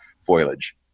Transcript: foliage